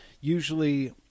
usually